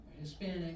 Hispanic